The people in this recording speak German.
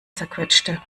zerquetschte